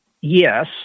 yes